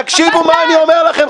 תקשיבו מה אני אומר לכם,